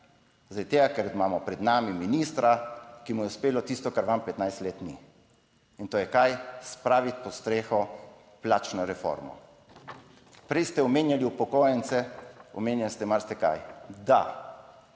Zaradi tega, ker imamo pred nami ministra, ki mu je uspelo tisto kar vam 15 let ni. In to je kaj? Spraviti pod streho, plačno reformo. Prej ste omenjali upokojence. Omenjali ste marsikaj, da